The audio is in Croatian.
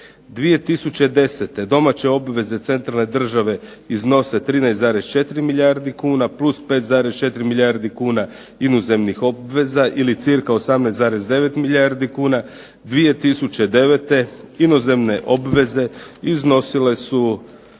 2010. domaće obveze centralne države iznose 13,4 milijardi kuna plus 5,4 milijardi kuna inozemnih obveza ili cca 18,9 milijardi kuna. 2009. inozemne obveze iznosile su